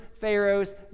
Pharaoh's